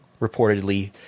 reportedly